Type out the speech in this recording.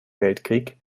weltkrieg